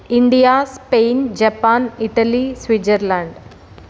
India Spain Japan Italy Switzerland